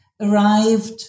arrived